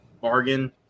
bargain